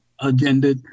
agenda